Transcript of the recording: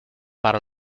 para